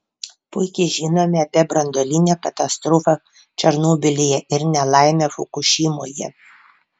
puikiai žinome apie branduolinę katastrofą černobylyje ir nelaimę fukušimoje